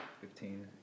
Fifteen